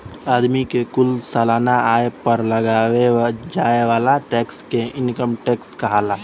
आदमी के कुल सालाना आय पर लगावे जाए वाला टैक्स के इनकम टैक्स कहाला